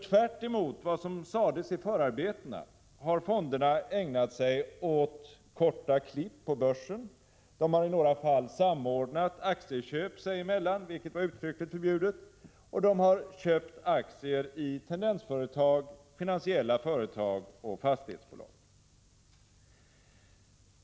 Tvärtemot vad som sades i förarbetena har fonderna ägnat sig åt korta klipp på börsen, de har i några fall samordnat aktieköp sig emellan — vilket var uttryckligen förbjudet — och de har köpt aktier i tendensföretag, finansiella företag och fastighetsbolag.